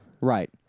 Right